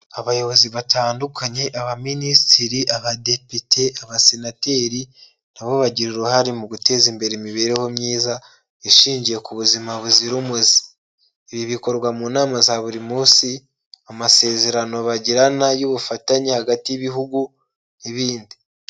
Abayobozi batandukanye abaminisitiri, abadepite, abasenateri, n'abo bagira uruhare mu guteza imbere imibereho myiza ishingiye ku buzima buzira umuze, ibi bikorwa mu nama za buri munsi, amasezerano bagirana y'ubufatanye hagati y'ibihugu n'ibindi.